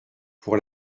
pour